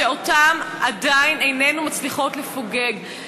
שעדיין איננו מצליחות לפוגג.